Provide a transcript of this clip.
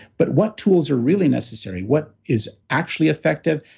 but what tools are really necessary? what is actually effective?